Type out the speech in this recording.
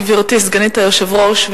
גברתי סגנית היושב-ראש,